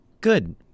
Good